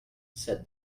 said